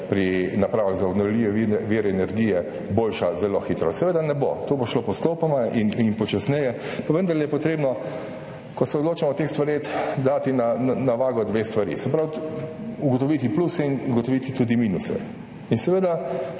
tiče naprav za obnovljive vire energije, boljša. Zelo hitro seveda ne bo, to bo šlo postopoma in počasneje, pa vendarle je treba, ko se odločamo o teh stvareh, dati na vago dve stvari, se pravi ugotoviti pluse in ugotoviti tudi minuse.